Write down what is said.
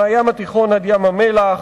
מהים התיכון עד ים-המלח.